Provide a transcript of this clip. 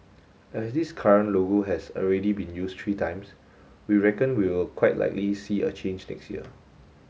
as this current logo has already been used three times we reckon we'll quite likely see a change next year